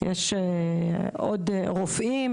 רופאים,